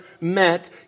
met